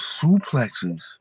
Suplexes